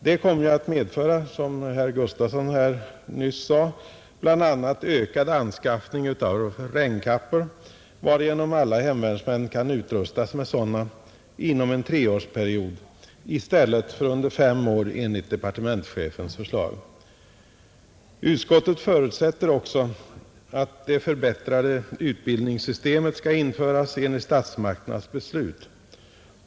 Det kommer att medföra, som herr Gustavsson i Eskilstuna nyss sade, bl.a. ökad anskaffning av regnkappor, varigenom alla hemvärnsmän kan utrustas med sådana inom en treårsperiod i stället för under fem år enligt departementschefens förslag. Utskottet förutsätter också att det förbättrade utbildningssystemet skall införas enligt statsmakternas beslut.